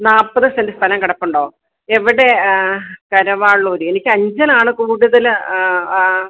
നാൽപ്പത് സെൻറ്റ് സ്ഥലം കിടപ്പുണ്ട് എവിടെ കരവാളൂര് എനിക്ക് അഞ്ചലാണ് കൂടുതല് ആ